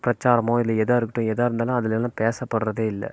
பிரச்சாரமோ இல்லை எதாக இருக்கட்டும் எதாக இருந்தோனா அதிலல்லாம் பேசப்படறதே இல்லை